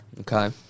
Okay